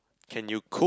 can you cook